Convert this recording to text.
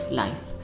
life